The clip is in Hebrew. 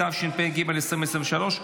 התשפ"ג 2023,